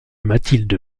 mathilde